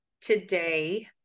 today